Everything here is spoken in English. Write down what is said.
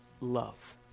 love